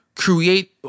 create